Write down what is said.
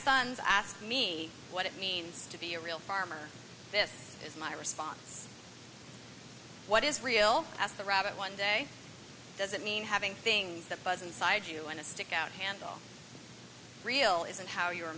sons ask me what it means to be a real farmer this is my response what is real ask the rabbit one day does it mean having things that buzz inside you and a stick out handle real isn't how you were